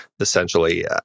essentially